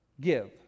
give